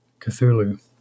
Cthulhu